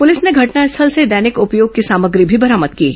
police ने घटनास्थल से दैनिक उपयोग की सामग्री भी बरामद की है